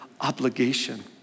obligation